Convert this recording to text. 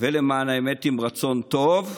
ולמען האמת עם רצון טוב,